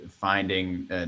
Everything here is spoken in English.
finding